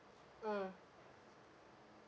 mm